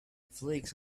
flakes